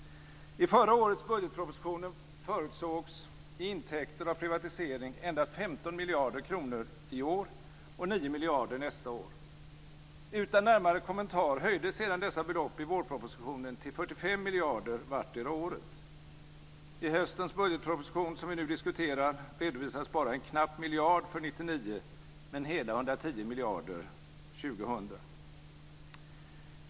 I förra årets budgetproposition förutsågs i intäkter av privatisering endast 15 miljarder kronor i år och 9 miljarder kronor nästa år. Utan närmare kommentar höjdes sedan dessa belopp i vårpropositionen till 45 miljarder kronor vartdera året. I höstens budgetproposition, som vi nu diskuterar, redovisas bara en knapp miljard för 1999 men hela 110 miljarder kronor för 2000.